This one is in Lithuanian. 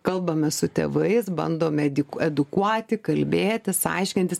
kalbame su tėvais bandome edi edukuoti kalbėtis aiškintis